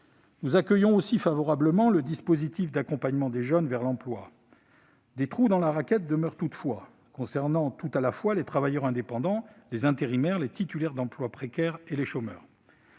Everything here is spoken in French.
Nous accueillons aussi favorablement le dispositif d'accompagnement des jeunes vers l'emploi. Des trous dans la raquette demeurent toutefois, concernant tout à la fois les travailleurs indépendants, les intérimaires, les emplois précaires et les chômeurs.